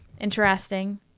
interesting